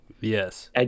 Yes